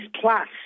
plus